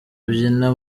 abyina